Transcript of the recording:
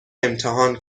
امتحان